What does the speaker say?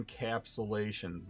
encapsulation